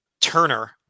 Turner